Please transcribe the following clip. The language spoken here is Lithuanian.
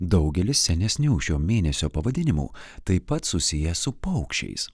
daugelis senesnių šio mėnesio pavadinimų taip pat susiję su paukščiais